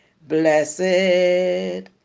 blessed